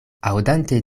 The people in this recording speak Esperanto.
aŭdante